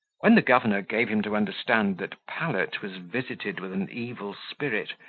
when the governor gave him to understand that pallet was visited with an evil spirit,